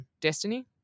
Destiny